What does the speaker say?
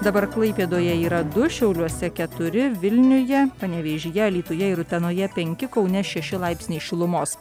dabar klaipėdoje yra du šiauliuose keturi vilniuje panevėžyje alytuje ir utenoje penki kaune šeši laipsniai šilumos